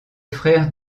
frère